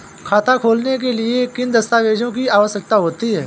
खाता खोलने के लिए किन दस्तावेजों की आवश्यकता होती है?